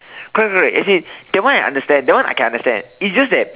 correct correct as in that one I understand that one I can understand it's just that